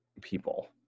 people